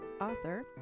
author